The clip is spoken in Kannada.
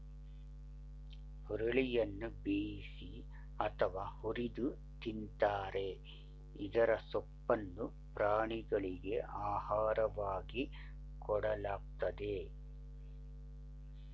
ಹುರುಳಿಯನ್ನ ಬೇಯಿಸಿ ಅಥವಾ ಹುರಿದು ತಿಂತರೆ ಇದರ ಸೊಪ್ಪನ್ನು ಪ್ರಾಣಿಗಳಿಗೆ ಆಹಾರವಾಗಿ ಕೊಡಲಾಗ್ತದೆ